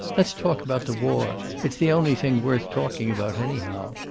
let's talk about the war. it's the only thing worth talking about, anyhow.